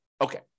Okay